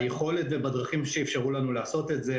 ביכולת ובדרכים שאפשרו לנו לעשות את זה,